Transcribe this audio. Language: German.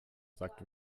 sagt